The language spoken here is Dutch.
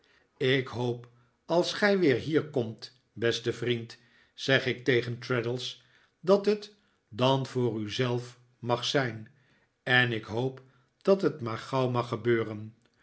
ik hoop als gij weer hier komt beste vriend zeg ik tegen traddles dat het dan voor u zelf mag zijn en ik hoop dat het maar gauw mag gebeuren